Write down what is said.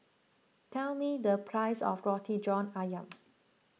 tell me the price of Roti John Ayam